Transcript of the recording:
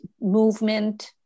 movement